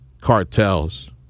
cartels